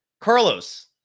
Carlos